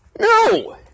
No